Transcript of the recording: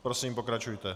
Prosím, pokračujte.